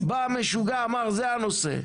בא משוגע אמר זה הנושא,